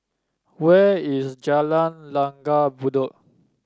where is Jalan Langgar Bedok